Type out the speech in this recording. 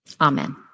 Amen